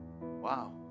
Wow